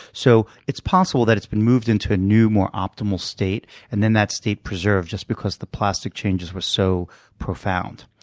so it's possible that it's been moved into a new, more optimal state, and then that state preserved just because the plastic changes were so profound.